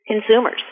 consumers